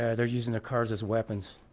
ah they're using their cars as weapons